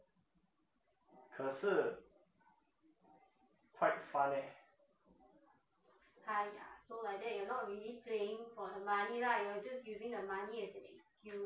可是 quite fun leh